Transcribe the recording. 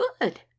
good